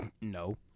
No